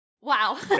wow